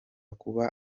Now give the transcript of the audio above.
kuba